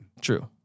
True